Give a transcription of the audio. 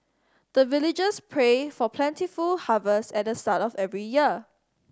the villagers pray for plentiful harvest at the start of every year